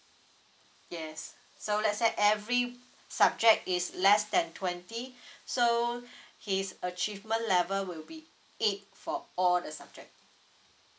yes so let's say every subject is less than twenty so his achievement level will be eight for all the subject